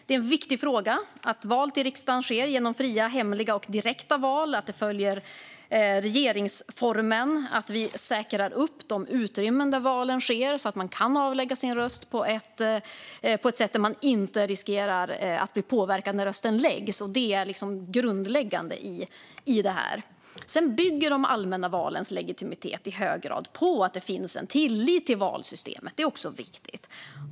Det är en viktig fråga att val till riksdagen sker genom fria, hemliga och direkta val, att det följer regeringsformen och att vi säkrar de utrymmen där valen sker så att man kan avlägga sin röst på ett sätt där man inte riskerar att bli påverkad när rösten läggs. Det är grundläggande i detta. Sedan bygger de allmänna valens legitimitet i hög grad på att det finns en tillit till valsystemet. Det är också viktigt.